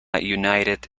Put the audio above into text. united